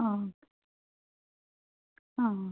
ആ ഓക്കെ ആ ഓക്കെ